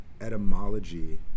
etymology